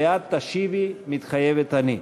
ואת תשיבי: "מתחייבת אני".